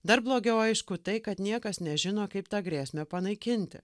dar blogiau aišku tai kad niekas nežino kaip tą grėsmę panaikinti